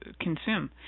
consume